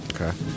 Okay